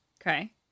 Okay